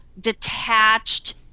detached